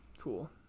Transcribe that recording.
Cool